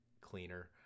cleaner